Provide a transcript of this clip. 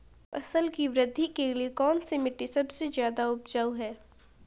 फसल की वृद्धि के लिए कौनसी मिट्टी सबसे ज्यादा उपजाऊ है?